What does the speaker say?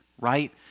right